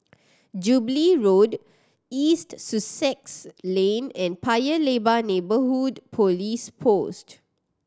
Jubilee Road East Sussex Lane and Paya Lebar Neighbourhood Police Post